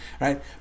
Right